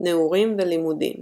נעורים ולימודים